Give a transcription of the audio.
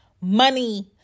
money